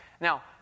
Now